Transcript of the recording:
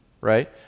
right